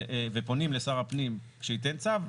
ופונים לשר הפנים שייתן צו,